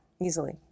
Easily